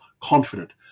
confident